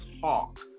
talk